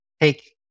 take